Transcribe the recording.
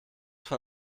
von